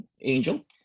Angel